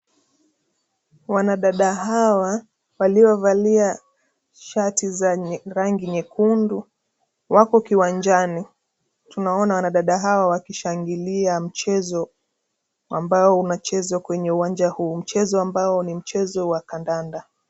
Wanadada hawa waliovalia shati za rangi nyekundu wako kiwanjani. Tunaona wanadada hawa wakishanglia mchezo ambao unachezwa kwenye uwanja huu. Mchezo ambao ni mchezo wa kandanda.